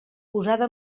posada